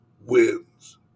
wins